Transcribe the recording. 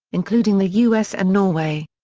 including the us and norway.